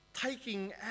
taking